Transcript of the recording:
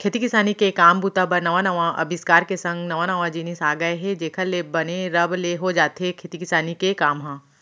खेती किसानी के काम बूता बर नवा नवा अबिस्कार के संग नवा नवा जिनिस आ गय हे जेखर ले बने रब ले हो जाथे खेती किसानी के काम ह